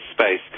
space